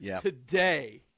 today